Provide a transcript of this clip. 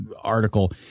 article